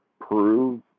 prove